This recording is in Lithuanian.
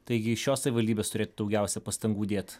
taigi šios savivaldybės turėtų daugiausia pastangų dėt